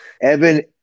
Evan